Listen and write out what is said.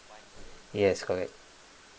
yes correct